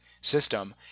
system